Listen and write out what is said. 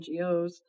NGOs